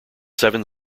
seven